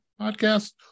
Podcast